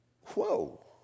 Whoa